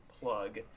plug